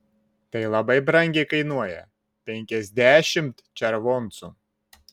tai labai brangiai kainuoja penkiasdešimt červoncų